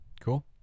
cool